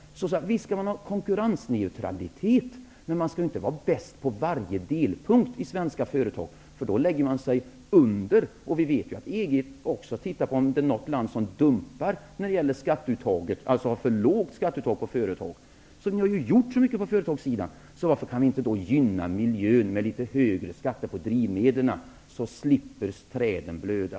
Visst skall det råda konkurrensneutralitet, men man behöver inte vara bäst på varje delpunkt i svenska företag. Då lägger man sig under, och vi vet att EG också ser på om något land dumpar beträffande skatteuttaget, alltså gör för lågt skatteuttag på företag. Ni har ju gjort så mycket på företagssidan. Varför kan ni då inte gynna miljön med litet högre skatt på drivmedlen? Då slipper träden blöda.